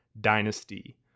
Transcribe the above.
Dynasty